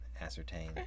ascertain